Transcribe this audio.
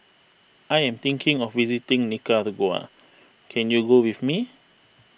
I am thinking of visiting Nicaragua can you go with me